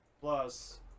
Plus